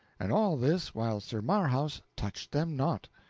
and all this while sir marhaus touched them not.